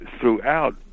throughout